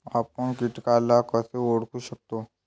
आपन कीटकाले कस ओळखू शकतो?